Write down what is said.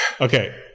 Okay